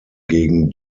gegen